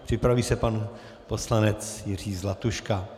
Připraví se pan poslanec Jiří Zlatuška.